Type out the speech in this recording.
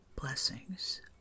Blessings